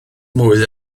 mwy